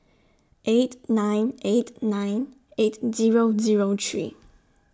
eight nine eight nine eight Zero Zero three